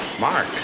Mark